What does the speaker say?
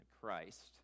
Christ